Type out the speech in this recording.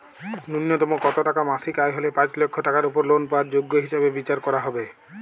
ন্যুনতম কত টাকা মাসিক আয় হলে পাঁচ লক্ষ টাকার উপর লোন পাওয়ার যোগ্য হিসেবে বিচার করা হবে?